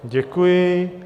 Děkuji.